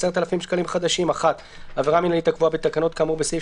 10,000 שקלים חדשים: (1)עבירה מינהלית הקבועה בתקנות כאמור בסעיף